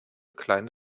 kleine